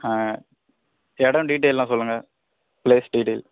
ஆ இடோம் டீட்டெயில்லாம் சொல்லுங்க பிளேஸ் டீட்டெயில்